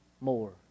more